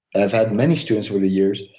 i've had many students over the years,